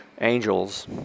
angels